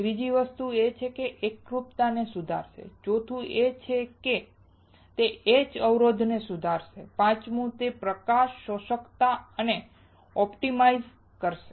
ત્રીજું એ છે કે તે એકરૂપતામાં સુધારો કરશે ચોથું તે એચ અવરોધ ને સુધારશે અને પાંચમું તે પ્રકાશ શોષકતા ને ઓપ્ટિમાઇઝ કરશે